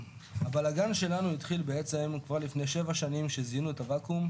הבלגן שלנו התחיל בעצם כבר לפני שבע שנים כשזיהינו את הוואקום,